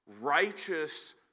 righteous